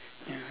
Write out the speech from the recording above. ya